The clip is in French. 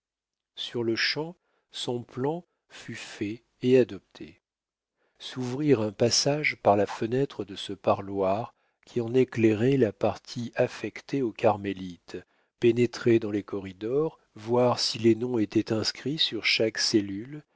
cette salle sur-le-champ son plan fut fait et adopté s'ouvrir un passage par la fenêtre de ce parloir qui en éclairait la partie affectée aux carmélites pénétrer dans les corridors voir si les noms étaient inscrits sur chaque cellule